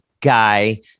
guy